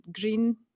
Green